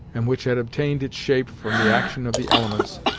and which had obtained its shape from the action of the elements,